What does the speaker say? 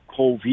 COVID